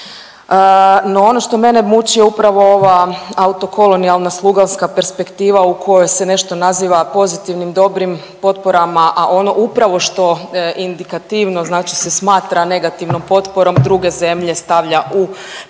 no ono što mene muči je upravo ova auto kolonijalne sluganska perspektiva u kojoj se nešto naziva pozitivnim, dobrim potporama, a ono upravo što indikativno se smatra negativnom potporom druge zemlje stavlja u prednost